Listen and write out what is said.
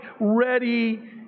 ready